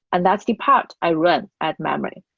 and that's the part i run at memory.